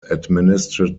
administrative